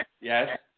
Yes